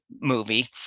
movie